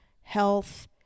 health